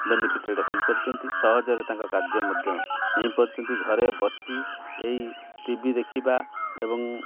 benefited ହୋଇପାରୁଚନ୍ତି ସହଜରେ ତାଙ୍କ କାର୍ଯ୍ୟ ମଧ୍ୟ ନେଇପାରୁଚନ୍ତି ଘରେ ବସି ଏଇ ଟିଭି ଦେଖିବା ଏବଂ